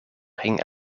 hing